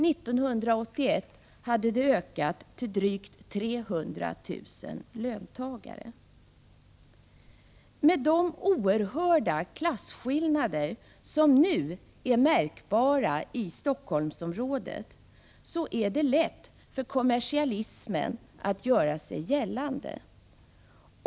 1981 hade antalet ökat till drygt 300 000 löntagare. Med de oerhörda klasskillnader som nu är märkbara i Stockholmsområdet är det lätt för kommersialismen att göra sig gällande.